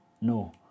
No